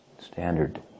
standard